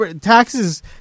taxes